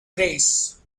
grace